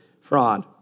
fraud